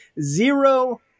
Zero